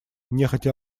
нехотя